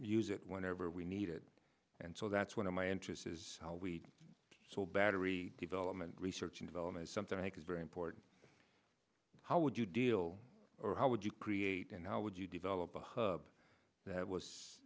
use it whenever we need it and so that's one of my interests is how we so battery development research in development something i think is very important how would you deal or how would you create and how would you develop a hub that was